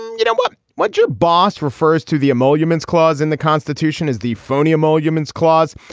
you don't want what your boss refers to the emoluments clause in the constitution is the phony emoluments clause.